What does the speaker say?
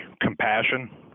compassion